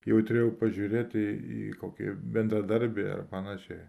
jautriau pažiūrėti į kokį bendradarbį ar panašiai